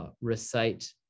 recite